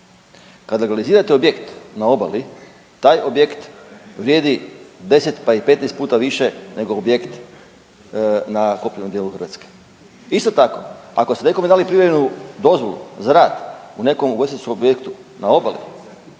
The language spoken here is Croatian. Kad legalizirate objekt na obali, taj objekt vrijedi 10 pa i 15 puta više nego objekt na kopnenom dijelu Hrvatske. Isto tako, ako ste nekome dali privremenu dozvolu za rad, u nekom ugostiteljskom objektu na obali,